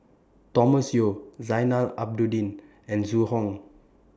Thomas Yeo Zainal Abidin and Zhu Hong